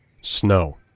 Snow